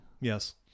Yes